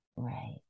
Right